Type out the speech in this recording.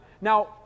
now